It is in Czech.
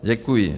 Děkuji.